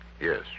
Yes